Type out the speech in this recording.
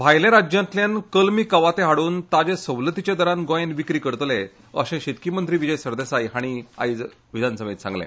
भायल्या राज्यांतल्यान कलमी कवाथे हाडून ताची सवलतीच्या दरांत गोंयात विक्री करतले अशें शेतकी मंत्री विजय सरदेसाय हांणी आयज गोंय विधानसभेंत सांगर्ले